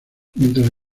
mientras